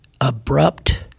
abrupt